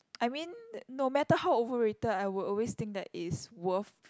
I mean no matter how overrated I would always think it is worth